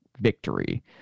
victory